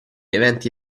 eventi